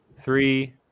three